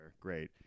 Great